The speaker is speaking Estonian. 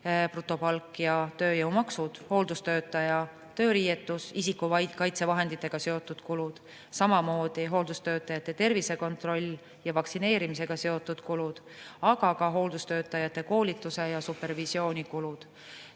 brutopalk ja tööjõumaksud –, hooldustöötaja tööriietuse ja isikukaitsevahenditega seotud kulud, samamoodi hooldustöötajate tervisekontrolli ja vaktsineerimise kulud, aga ka hooldustöötajate koolituse ja supervisiooni kulud.